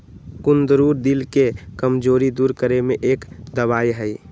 कुंदरू दिल के कमजोरी दूर करे में एक दवाई हई